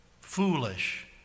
foolish